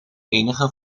enige